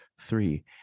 Three